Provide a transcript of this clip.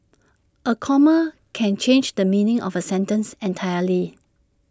A comma can change the meaning of A sentence entirely